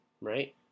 right